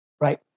right